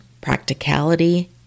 practicality